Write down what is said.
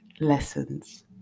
lessons